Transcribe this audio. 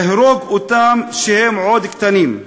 להרוג אותם כשהם עוד קטנים.